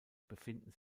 befinden